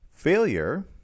Failure